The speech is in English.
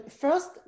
First